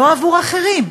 לא עבור אחרים.